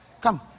Come